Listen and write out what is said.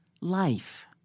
life